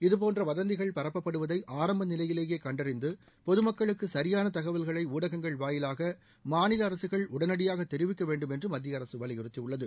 இதபோன்ற வதந்திகள் பரப்பப்படுவதை ஆரம்ப நிலையிலேயே கண்டறிந்து பொதுமக்களுக்கு சரியான தகவல்களை ஊடகங்கள் வாயிலாக மாநில அரசுகள் உடனடியாக தெரிவிக்க வேண்டும் என்று மத்திய அரசு வலியுறுத்தியுள்ளது